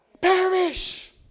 Perish